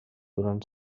durant